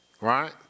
right